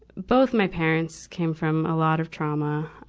both my parents came from a lot of trauma.